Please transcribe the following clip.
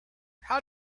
how